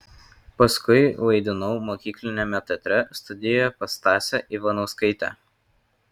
paskui vaidinau mokykliniame teatre studijoje pas stasę ivanauskaitę